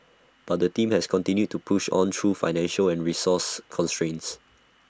but the team has continued to push on through financial and resource constraints